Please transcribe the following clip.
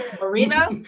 Marina